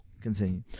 Continue